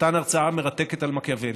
נתן הרצאה מרתקת על מקיאוולי.